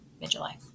mid-July